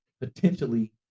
potentially